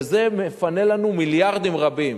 וזה מפנה לנו מיליארדים רבים.